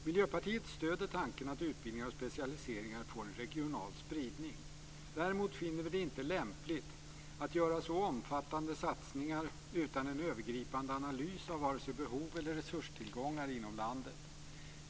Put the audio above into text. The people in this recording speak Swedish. Miljöpartiet stöder tanken att utbildningar och specialiseringar får en regional spridning. Däremot finner vi det inte lämpligt att göra så omfattande satsningar utan en övergripande analys av vare sig behov eller resurstillgångar inom landet.